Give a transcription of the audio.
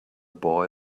boy